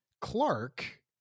Clark